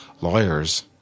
lawyers